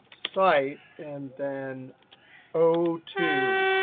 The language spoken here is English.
site, and then o two,